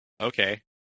Okay